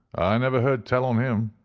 i never heard tell on him,